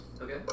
Okay